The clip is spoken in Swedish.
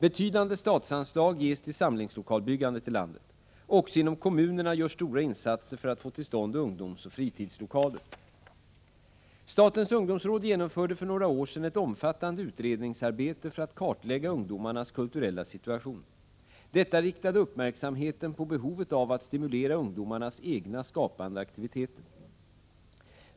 Betydande statsanslag ges till samlingslokalsbyggandet i landet. Också inom kommunerna görs stora insatser för att få till stånd ungdomsoch fritidslokaler. Statens ungdomsråd genomförde för några år sedan ett omfattande 107 utredningsarbete för att kartlägga ungdomarnas kulturella situation. Detta riktade uppmärksamheten på behovet av att stimulera ungdomarnas egna skapande aktiviteter.